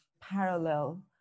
parallel